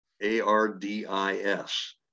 A-R-D-I-S